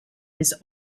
his